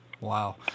Wow